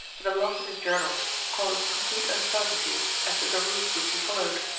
but the loss of his journals causes complete uncertainty as to the route which he followed,